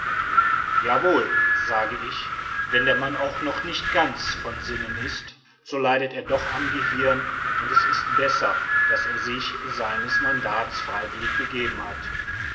sage ich wenn der mann auch noch nicht ganz von sinnen ist so leidet er doch am gehirn und es ist besser daß er sich seines mandats freiwillig begeben hat